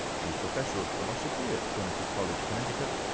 she's professor of philosophy at trinity college, connecticut,